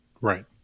Right